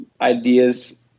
ideas